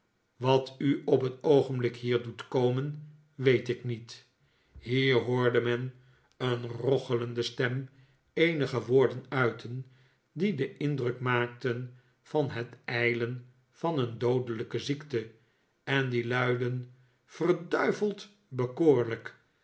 wat u op dit oogenblik hier doet komen weet ik niet hier hoorde men een rochelende stem eenige woorden uiten die den indruk maakten van het ijlen van een doodelijken zieke en die luidden verduiveld bekoorlijk